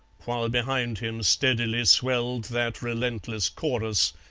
while behind him steadily swelled that relentless chorus,